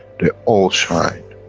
they all shine,